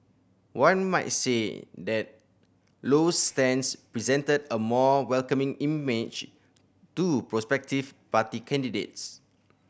one might say that Low's stance presented a more welcoming image to prospective party candidates